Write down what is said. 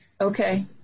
okay